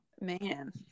Man